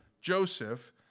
Joseph